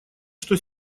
что